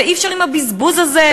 ואי-אפשר עם הבזבוז הזה,